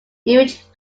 image